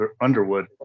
Underwood